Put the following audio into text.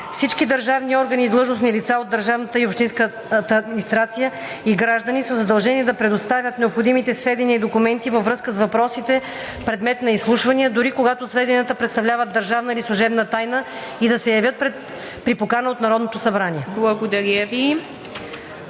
Всички държавни органи и длъжностни лица от държавната и общинската администрация и граждани са задължени да предоставят необходимите сведения и документи във връзка с въпросите, предмет на изслушвания, дори когато сведенията представляват държавна или служебна тайна и да се явят при покана от Народното събрание.“